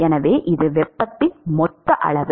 எனவே இது வெப்பத்தின் மொத்த அளவு